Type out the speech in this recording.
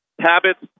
habits